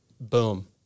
boom